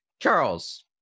Charles